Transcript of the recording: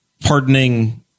Pardoning